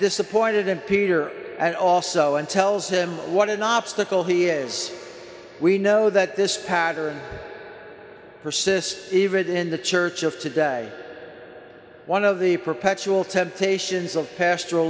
disappointed in peter and also and tells him what an obstacle he is we know that this pattern persists even in the church of today one of the perpetual temptations of pastoral